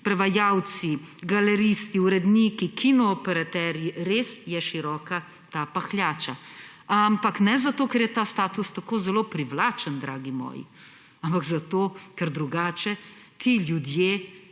prevajalci, galeristi, uredniki, kinooperaterji, res je široka ta pahljača. Ne zato, ker je ta status tako zelo privlačen, dragi moji, ampak zato, ker drugače ti ljudje